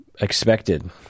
expected